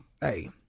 hey